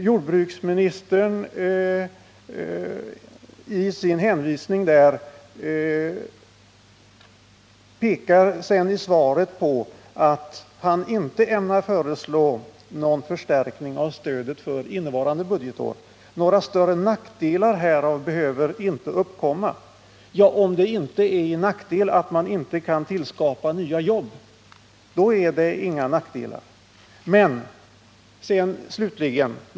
Jordbruksministern säger sedan i svaret att han inte ämnar föreslå någon förstärkning av stödet för innevarande budgetår. Några större nackdelar härav behöver inte uppkomma, säger han. Ja, om det inte är en nackdel att man inte kan skapa nya jobb, då uppkommer inga nackdelar.